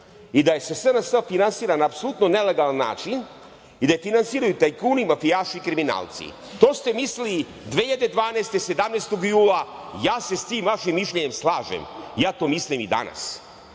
i da se SNS finansira na apsolutno nelegalan način i da je finansiraju tajkuni, mafijaši i kriminalci. To ste mislili 2012. godine, 17. jula. Ja se sa tim vašim mišljenjem slažem. Ja to mislim i danas. Ono